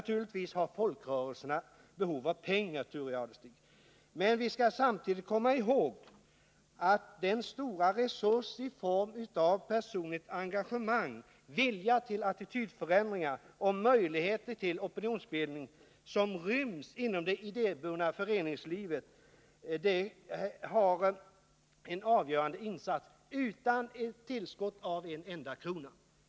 Naturligtvis har folkrörelserna behov av pengar, Thure Jadestig, men vi skall samtidigt komma ihåg att den stora resurs i form av personligt engagemang, vilja till attitydförändringar och möjligheter till opinionsbildning som ryms inom det idéburna föreningslivet har en avgörande betydelse utan att man därför behöver skjuta till en enda krona.